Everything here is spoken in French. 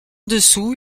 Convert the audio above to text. dessous